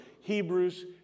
Hebrews